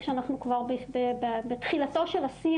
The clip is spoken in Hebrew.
כשאנחנו כבר בתחילתו של השיא,